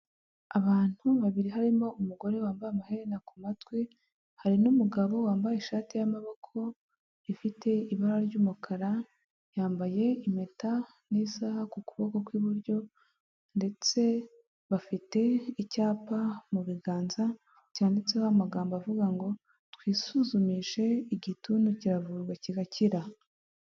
Abantu babiri harimo umugore wambaye amaherena ku matwi, hari n'umugabo wambaye ishati y'amaboko ifite ibara ry'umukara, yambaye impeta n'isaha ku kuboko kw'iburyo, ndetse bafite icyapa mu biganza cyanditseho amagambo avuga ngo twisuzumishe igituntu kiravurwa kigakira.